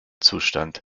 zustand